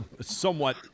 Somewhat